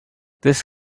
this